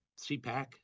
CPAC